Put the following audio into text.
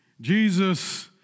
Jesus